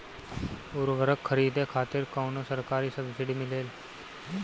उर्वरक खरीदे खातिर कउनो सरकारी सब्सीडी मिलेल?